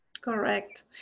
Correct